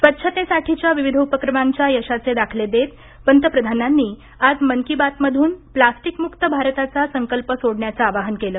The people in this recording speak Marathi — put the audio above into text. स्वच्छतेसाठीच्या विविध उपक्रमांच्या यशाचे दाखले देत पंतप्रधानांनी आज मन की बात मधून प्लास्टिकमुक्त भारताचा संकल्प सोडण्याचं आवाहन केलं